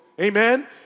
Amen